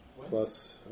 Plus